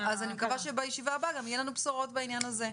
אז אני מקווה שבישיבה הבאה גם יהיו לנו בשורות בעניין הזה.